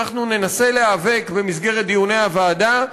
אנחנו ננסה להיאבק במסגרת דיוני הוועדה,